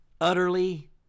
utterly